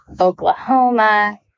Oklahoma